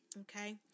Okay